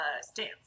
stance